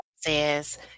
says